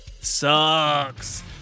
sucks